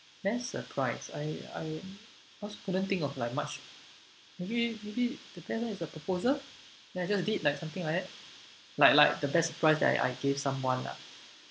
best surprise I I also couldn't think of like much we maybe maybe depends lor is a proposal that just did like something like like the best surprise that I gave someone lah